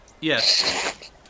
Yes